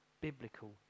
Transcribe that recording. biblical